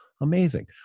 amazing